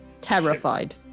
Terrified